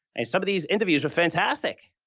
and some of these interviews are fantastic.